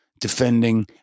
defending